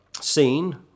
seen